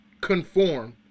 conform